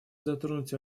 затронуть